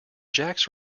jack’s